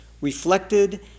reflected